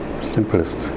Simplest